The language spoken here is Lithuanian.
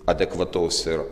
adekvataus ir